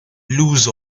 lose